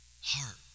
heart